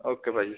okay ਭਾਅ ਜੀ